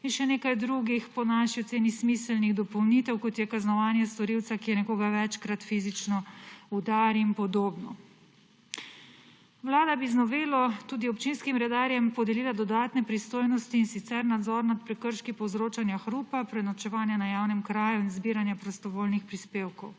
In še nekaj drugih, po naši oceni smiselnih, dopolnitev, kot je kaznovanje storilca, ki je nekoga večkrat fizično udaril in podobno. Vlada bi z novelo tudi občinskim redarjem podelila dodatne pristojnosti, in sicer nadzor nad prekrški povzročanja hrupa, prenočevanjem na javnem kraju in zbiranjem prostovoljnih prispevkov.